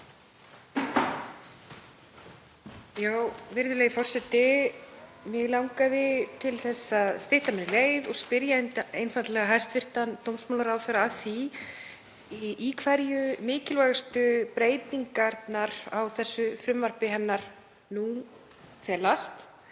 Virðulegi forseti. Mig langaði til að stytta mér leið og spyrja einfaldlega hæstv. dómsmálaráðherra í hverju mikilvægustu breytingarnar á þessu frumvarpi hennar nú felast